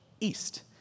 East